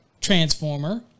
transformer